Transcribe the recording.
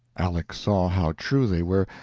aleck saw how true they were,